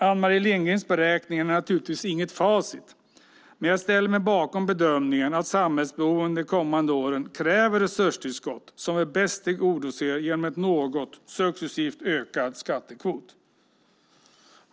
Ann-Marie Lindgrens beräkning är naturligtvis inget facit, men jag ställer mig bakom bedömningen att samhällsbehoven de kommande åren kräver resurstillskott som vi bäst tillgodoser genom en något, successivt ökad skattekvot.